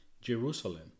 Jerusalem